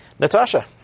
Natasha